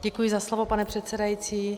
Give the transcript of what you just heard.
Děkuji za slovo, pane předsedající.